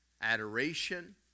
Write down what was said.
adoration